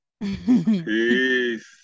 Peace